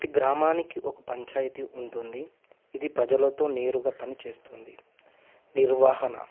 ప్రతి గ్రామానికి ఒక పంచాయతీ ఉంటుంది ఇది ప్రజలతో నేరుగా పనిచేస్తుంది నిర్వహణ